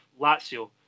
Lazio